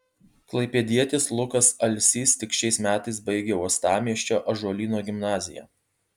klaipėdietis lukas alsys tik šiais metais baigė uostamiesčio ąžuolyno gimnaziją